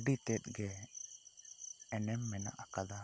ᱟᱹᱰᱤᱛᱮᱫ ᱜᱮ ᱮᱱᱮᱢ ᱢᱮᱱᱟᱜ ᱟᱠᱟᱫᱟ